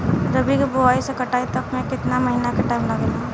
रबी के बोआइ से कटाई तक मे केतना महिना के टाइम लागेला?